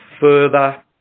further